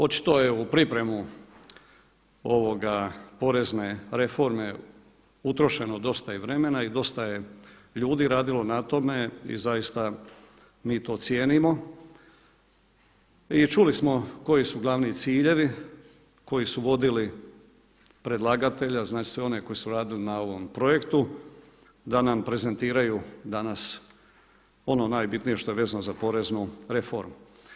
Očito je u pripremu ovoga porezne reforme utrošeno dosta i vremena i dosta je ljudi radilo na tome i zaista mi to cijenimo i čuli smo koji su glavni ciljevi koji su vodili predlagatelja, znači sve one koji su radili na ovom projektu da nam prezentiraju danas ono najbitnije što je vezano za poreznu reformu.